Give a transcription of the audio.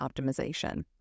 optimization